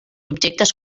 objectes